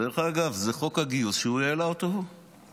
דרך אגב, זה חוק הגיוס שהוא העלה אותו, הוא.